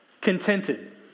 contented